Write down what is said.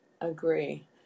Agree